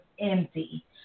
empty